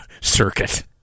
circuit